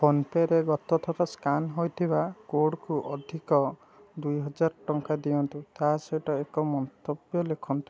ଫୋନ୍ପେରେ ଗତ ଥର ସ୍କାନ୍ ହୋଇଥିବା କୋଡ଼୍କୁ ଅଧିକ ଦୁଇ ହଜାର ଟଙ୍କା ଦିଅନ୍ତୁ ତା ସହିତ ଏକ ମନ୍ତବ୍ୟ ଲେଖନ୍ତୁ